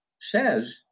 says